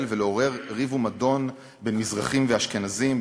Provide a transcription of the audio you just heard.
ולעורר ריב ומדון בין מזרחים לאשכנזים,